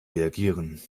reagieren